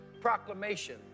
Proclamation